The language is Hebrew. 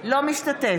אינו משתתף